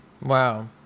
Wow